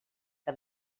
que